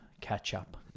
catch-up